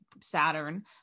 Saturn